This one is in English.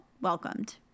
welcomed